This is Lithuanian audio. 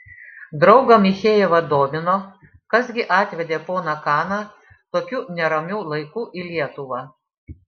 draugą michejevą domino kas gi atvedė poną kaną tokiu neramiu laiku į lietuvą